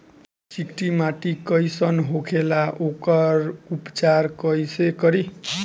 चिकटि माटी कई सन होखे ला वोकर उपचार कई से करी?